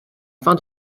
fin